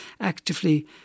actively